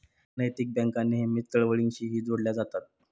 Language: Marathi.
नैतिक बँका नेहमीच चळवळींशीही जोडल्या जातात